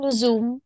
zoom